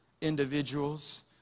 individuals